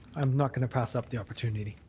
i'm not going to pass up the opportunity.